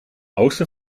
oosten